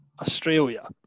Australia